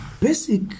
basic